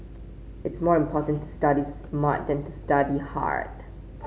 it's more important to study smart than to study hard